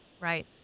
Right